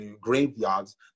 graveyards